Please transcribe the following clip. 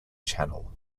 channel